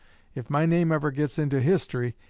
if my name ever gets into history,